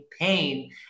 pain